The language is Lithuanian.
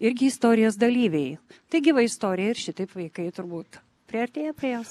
irgi istorijos dalyviai tai gyva istorija ir šitaip vaikai turbūt priartėja prie jos